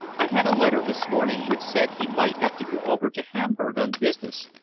i had a letter this morning which said he might have to go over to hamburg on business,